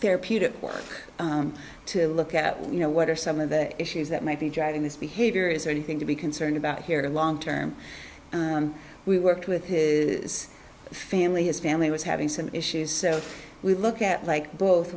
therapeutic work to look at what you know what are some of the issues that might be driving this behavior is there anything to be concerned about here the long term we worked with his family his family was having some issues so we look at like both